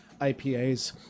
IPAs